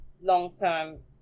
long-term